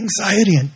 anxiety